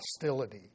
hostility